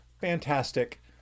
fantastic